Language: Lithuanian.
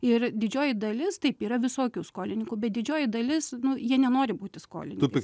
ir didžioji dalis taip yra visokių skolininkų bet didžioji dalis nu jie nenori būti skolininkais